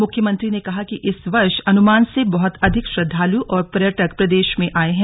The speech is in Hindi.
मुख्यमंत्री ने कहा कि इस वर्ष अनुमान से बहुत अधिक श्रद्धालु और पर्यटक प्रदेश में आये हैं